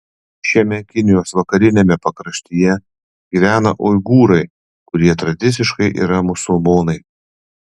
šiame kinijos vakariniame pakraštyje gyvena uigūrai kurie tradiciškai yra musulmonai